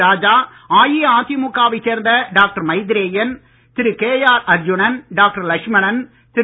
ராஜா அஇஅதிமுக வைச் சேர்ந்த doctor Maitreyan Thiru K R Arjunan doctor Lakshmanan திரு